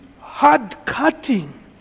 hard-cutting